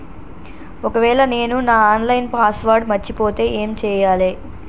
ఒకవేళ నేను నా ఆన్ లైన్ పాస్వర్డ్ మర్చిపోతే ఏం చేయాలే?